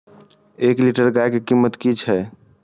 एक लीटर गाय के कीमत कि छै?